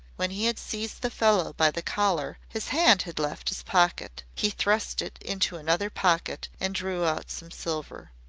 when he had seized the fellow by the collar, his hand had left his pocket. he thrust it into another pocket and drew out some silver.